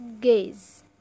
gaze